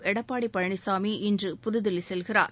எடப்பாடி பழனிசாமி இன்று புதுதில்லி செல்கிறார்